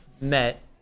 met